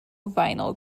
vinyl